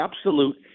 absolute